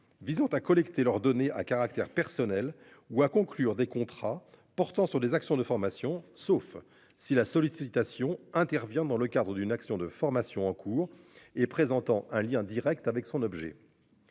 visant à collecter leurs données à caractère personnel ou à conclure des contrats portant sur des actions de formation, sauf si la sollicitation intervient dans le cadre d'une action de formation en cours et présentant un lien Direct avec son objet.--